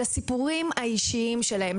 לסיפורים שלהם,